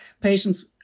patients